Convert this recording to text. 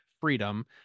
Freedom